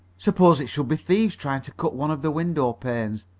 suppose it should be thieves trying to cut one of the window-panes?